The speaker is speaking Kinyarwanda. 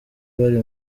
bari